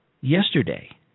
Yesterday